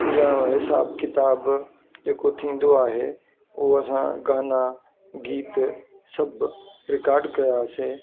या हिसाब किताब जेको थींदो आहे हूअ असां गाना गीत सभु रिकॉर्ड कयासी